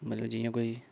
मतलब जियां कोई